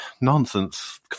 nonsense